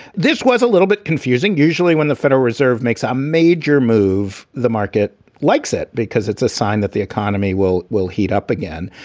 this was a little bit confusing usually when the federal reserve makes a major move. the market likes it because it's a sign that the economy will will heat up again.